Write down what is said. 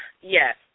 Yes